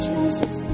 Jesus